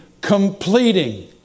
completing